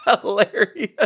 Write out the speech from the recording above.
hilarious